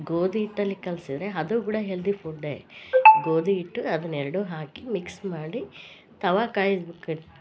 ಗೋದಿಹಿಟ್ಟಲ್ಲಿ ಕಲ್ಸಿದ್ದರೆ ಅದು ಕೂಡ ಹೆಲ್ದೀ ಪುಡ್ಡೇ ಗೋದಿಹಿಟ್ಟು ಅದ್ನೆರಡು ಹಾಕಿ ಮಿಕ್ಸ್ ಮಾಡಿ ತವಾ ಕಾಯ್ದ ಮಾಡಿ